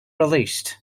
released